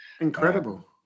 Incredible